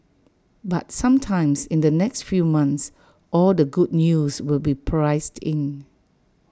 but sometimes in the next few months all the good news will be priced in